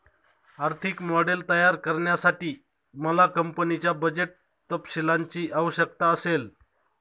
आर्थिक मॉडेल तयार करण्यासाठी मला कंपनीच्या बजेट तपशीलांची आवश्यकता असेल